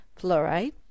fluoride